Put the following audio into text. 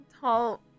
Tall